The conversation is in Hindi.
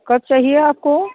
कब चाहिए आपको